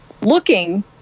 looking